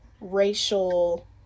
racial